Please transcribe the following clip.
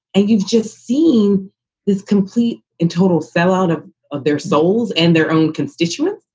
and you've just seen this complete and total sell out of of their souls and their own constituents.